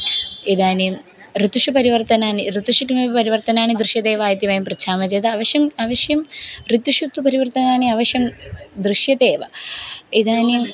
इदानीं ऋतुषु परिवर्तनानि ऋतुषु किमपि परिवर्तनानि दृश्यते वा इति वयं पृच्छामः चेत् अवश्यम् अवश्यं ऋतुषुत्व परिवर्तनानि अवश्यं दृश्यते एव इदानीम्